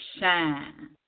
shine